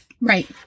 Right